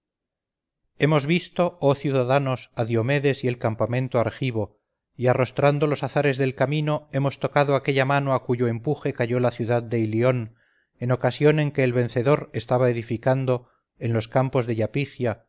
hemos visto oh ciudadanos a diomedes y el campamento argivo y arrostrando los azares del camino hemos tocado aquella mano a cuyo empuje cayó la ciudad de ilión en ocasión en que el vencedor estaba edificando en los campos de yapigia